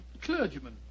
clergyman